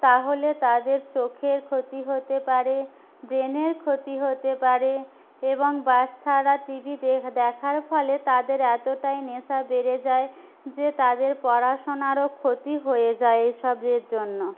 তাহলে তাদের চোখের ক্ষতি হতে পারে ব্রেনের ক্ষতি হতে পারে এবং বাচ্চারা টিভি দেখার ফলে তাদের এতটাই নেশা বেড়ে যায় যে তাদের পড়াশোনারও ক্ষতি হয়ে যায় এসবের জন্য